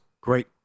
Great